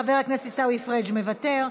חבר הכנסת עיסאווי פריג' מוותר,